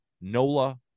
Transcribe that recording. Nola